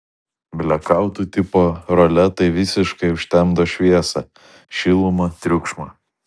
blekautų tipo roletai visiškai užtemdo šviesą šilumą triukšmą